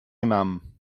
aimâmes